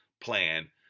plan